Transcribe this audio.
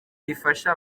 rifasha